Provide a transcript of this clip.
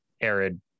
arid